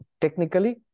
Technically